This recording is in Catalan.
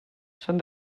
són